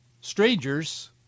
strangers